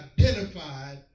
identified